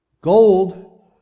Gold